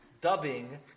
dubbing